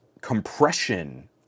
compression